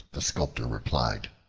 the sculptor replied,